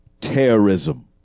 terrorism